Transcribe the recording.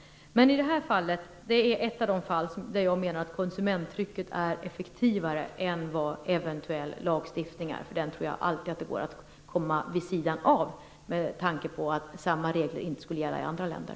Men det här är ett av de fall där jag menar att konsumenttrycket är effektivare än vad eventuell lagstiftning är. Den tror jag att det alltid går att gå vid sidan av, med tanke på att samma regler inte gäller i andra länder.